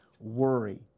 worry